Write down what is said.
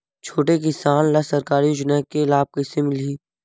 छोटे किसान ला सरकारी योजना के लाभ कइसे मिलही?